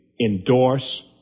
endorse